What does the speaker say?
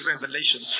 revelation